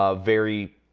ah very,